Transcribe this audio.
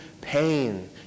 pain